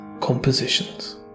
compositions